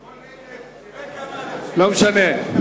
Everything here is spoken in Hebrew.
תראה כמה אנשים, לא משנה.